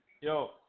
Yo